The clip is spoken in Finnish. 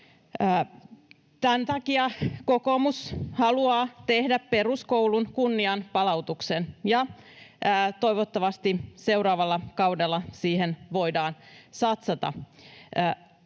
Tämän takia kokoomus haluaa tehdä peruskoulun kunnianpalautuksen, ja toivottavasti seuraavalla kaudella siihen voidaan satsata.